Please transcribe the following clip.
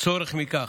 צורך מכך.